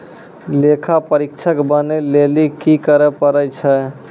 लेखा परीक्षक बनै लेली कि करै पड़ै छै?